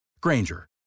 Granger